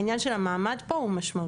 העניין של המעמד פה הוא משמעותי.